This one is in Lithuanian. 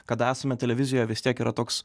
kad esame televizija vis tiek yra toks